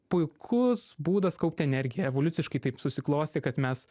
puikus būdas kaupti energiją evoliuciškai taip susiklostė kad mes